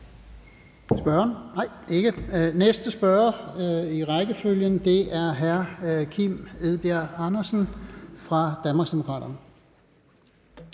næste spørger i rækken er hr. Kim Edberg Andersen fra Danmarksdemokraterne.